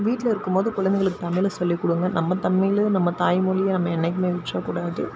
வீட்டில் இருக்கும் போது குழந்தைங்களுக்கு தமிழில் சொல்லி கொடுங்க நம்ம தமிழை நம்ம தாய்மொழியை நம்ம என்னைக்குமே விட்டுற கூடாது